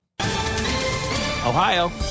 ohio